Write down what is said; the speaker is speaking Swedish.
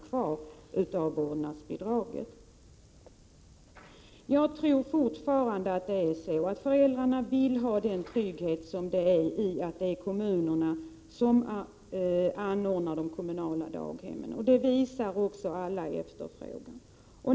kvar av vårnadsbidraget. Jag tror fortfarande att föräldrarna vill ha den trygghet som det innebär att kommunerna ordnar med kommunala daghem. Detta visar också efterfrågan.